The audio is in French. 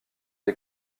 des